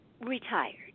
retired